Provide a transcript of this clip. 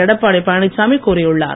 எடப்பாடி பழனிச்சாமி கூறியுள்ளார்